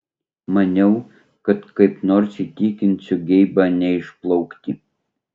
maniau kad kaip nors įtikinsiu geibą neišplaukti